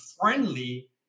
friendly